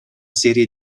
serie